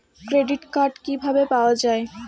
Credit card কিভাবে পাওয়া য়ায়?